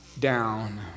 Down